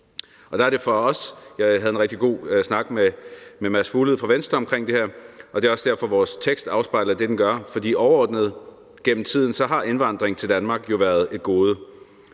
i parallelsamfund. Jeg havde en rigtig god snak med Mads Fuglede fra Venstre om det her, og det er også derfor, vores tekst afspejler det, den gør, for overordnet gennem tiden har indvandring til Danmark jo været et gode,